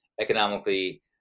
economically